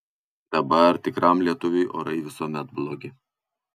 dabar tikram lietuviui orai visuomet blogi